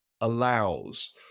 allows